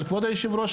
אבל כבוד היושב-ראש,